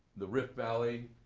the rift valley,